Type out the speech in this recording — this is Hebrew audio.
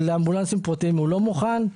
אבל לאמבולנסים פרטיים הוא לא מוכן,